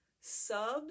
Subs